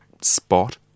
spot